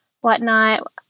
whatnot